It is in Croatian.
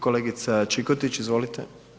Kolegica Čikotić, izvolite.